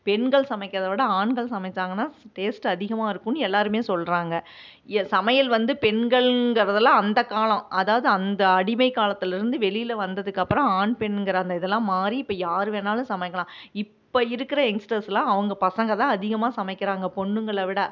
பெண்கள் சமைக்கிறதை விட ஆண்கள் சமைச்சாங்கனால் டேஸ்ட் அதிகமாக இருக்கும்னு எல்லோருமே சொல்கிறாங்க சமையல் வந்து பெண்கள்கிறதெல்லாம் அந்த காலம் அதாவது அந்த அடிமை காலத்துலிருந்து வெளியில் வந்ததுக்கப்புறம் ஆண் பெண்கிற அந்த இதெலாம் மாரி இப்போ யார் வேணாலும் சமைக்கலாம் இப்போ இருக்கிற யங்ஸ்டர்ஸெலாம் அவங்க பசங்கள் தான் அதிகமாக சமைக்கிறாங்க பொண்ணுங்களை விட